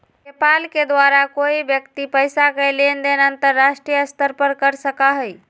PayPal के द्वारा कोई व्यक्ति पैसा के लेन देन अंतर्राष्ट्रीय स्तर पर कर सका हई